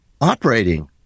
operating